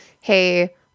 hey